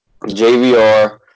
JVR